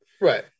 right